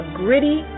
gritty